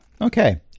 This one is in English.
Okay